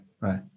right